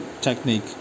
technique